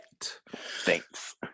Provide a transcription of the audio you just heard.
Thanks